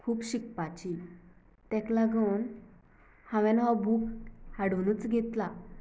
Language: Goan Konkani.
खूब शिकपाची ताका लागून हांवें हो बूक हाडुनूच घेतला